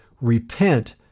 repent